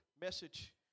message